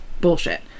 Bullshit